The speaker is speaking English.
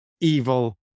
evil